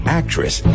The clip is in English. actress